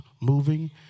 moving